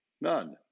none